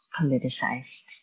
politicized